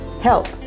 help